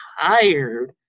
tired